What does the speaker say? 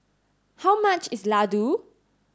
how much is Ladoo